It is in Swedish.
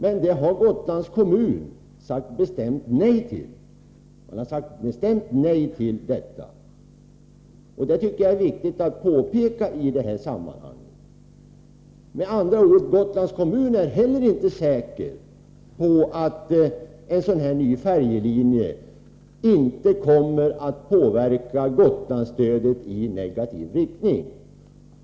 Det har dock Gotlands kommun sagt bestämt nej till. Det tycker jag är viktigt att påpeka i detta sammanhang. Med andra ord: Gotlands kommun är heller inte säker på att en sådan här ny färjelinje inte kommer att påverka Gotlandsstödet i negativ riktning.